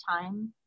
time